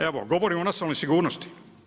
Evo govori o nacionalnoj sigurnosti.